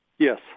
Yes